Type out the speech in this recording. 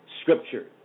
scripture